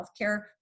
healthcare